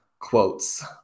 quotes